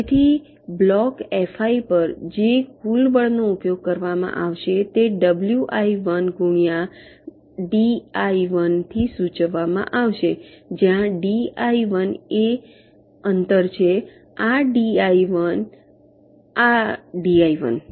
તેથી block F I પર જે કુલ બળનો ઉપયોગ કરવામાં આવશે તે ડબ્લ્યુ આઈ 1 ગુણ્યા ડી આઈ 1 થી સૂચવવામાં આવશે જ્યાં ડી આઈ 1 એ અંતર છે આ ડી આઈ 1 ડી આઈ 1